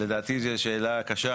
לדעתי זו שאלה קשה